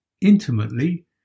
intimately